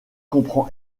comprend